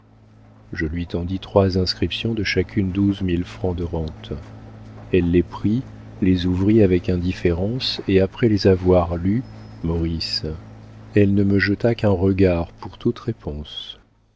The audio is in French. je lui tendis trois inscriptions de chacune douze mille francs de rentes elle les prit les ouvrit avec indifférence et après les avoir lues maurice elle ne me jeta qu'un regard pour toute réponse